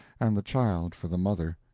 and the child for the mother,